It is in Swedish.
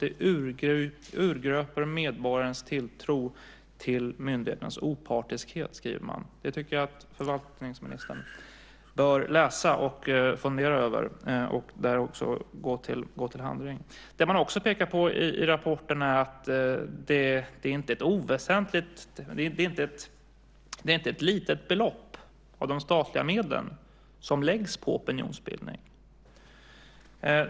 Det urgröper medborgarnas tilltro till myndigheternas opartiskhet, skriver man. Det tycker jag att förvaltningsministern bör läsa och fundera över, och också gå till handling. I rapporten pekar man också på att det inte är ett litet belopp av de statliga medlen som läggs på opinionsbildning.